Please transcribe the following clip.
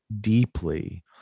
deeply